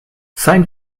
sein